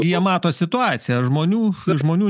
jie mato situaciją žmonių ir žmonių